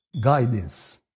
guidance